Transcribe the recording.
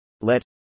Let